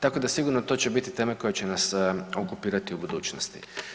Tako da sigurno to će biti teme koje će nas okupirati i u budućnosti.